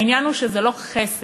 העניין הוא שזה לא חסד,